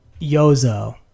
Yozo